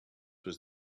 was